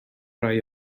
rai